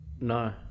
No